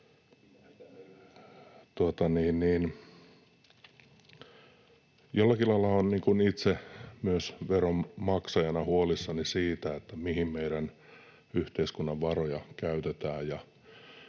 Jollakin lailla olen itse myös veronmaksajana huolissani siitä, mihin meidän yhteiskunnan varoja käytetään.